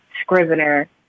Scrivener